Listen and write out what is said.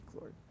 Lord